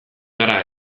gara